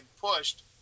pushed